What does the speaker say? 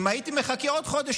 אם הייתי מחכה עוד חודש,